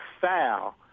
foul